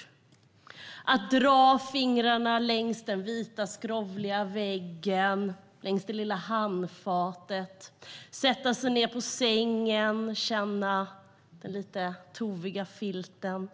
Hur känns det att dra fingrarna längs den vita skrovliga väggen och längs det lilla handfatet, sätta sig ned på sängen och känna den lite toviga filten?